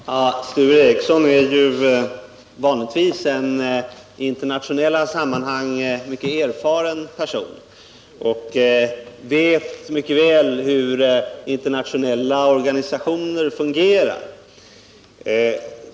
Herr talman! Sture Ericson är en i internationella sammanhang mycket erfaren person och vet mycket väl hur internationella organisationer fungerar.